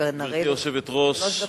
שלוש דקות.